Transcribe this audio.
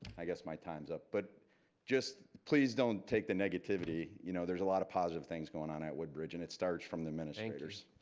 i guess my time's up, but just please don't take the negativity. negativity. you know, there's a lot of positive things going on at woodbridge and it starts from the administrators.